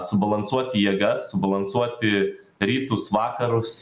subalansuoti jėgas subalansuoti rytus vakarus